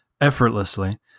effortlessly